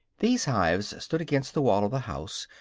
these hives stood against the wall of the house,